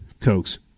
Cokes